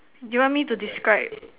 you want me to describe